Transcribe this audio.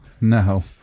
No